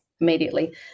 immediately